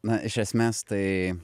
na iš esmės tai